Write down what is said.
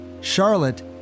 Charlotte